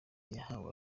yahawe